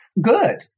Good